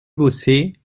bosser